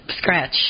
scratch